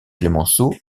clemenceau